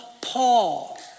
Paul